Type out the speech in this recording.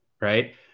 right